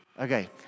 Okay